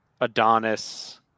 Adonis